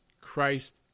Christ